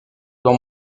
dans